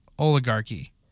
oligarchy